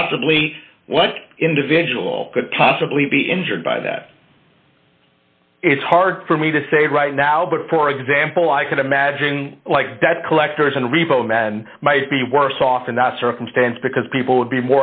possibly what individual could possibly be injured by that it's hard for me to say right now but for example i can imagine like that collectors and repo men might be worse off in that circumstance because people would be